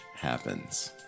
happens